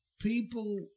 people